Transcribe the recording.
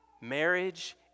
Marriage